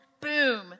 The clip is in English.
Boom